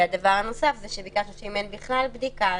הדבר הנוסף, ביקשנו שאם אין בכלל בדיקה